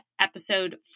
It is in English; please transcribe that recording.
episode